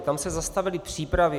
Tam se zastavily přípravy.